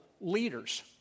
leaders